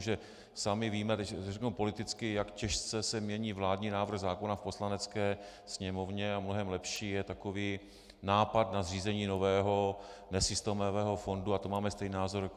Že sami víme, teď to řeknu politicky, jak těžce se mění vládní návrh zákona v Poslanecké sněmovně, a mnohem lepší je takový nápad na zřízení nového nesystémového fondu, a to máme stejný názor,